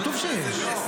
כתוב שיש.